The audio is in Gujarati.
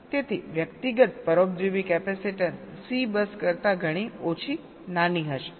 તેથી વ્યક્તિગત પરોપજીવી કેપેસીટીન્સ સી બસ કરતા ઘણી ઓછી નાની હશે